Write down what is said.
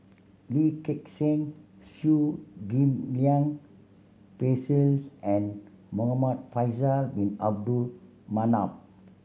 Lee Gek Seng Chew Ghim Lian Phyllis and Muhamad Faisal Bin Abdul Manap